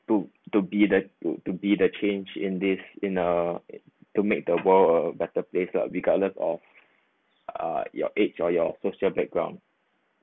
to to be the to be the change in this in uh to make the world a better place lah regardless of uh your age or your social background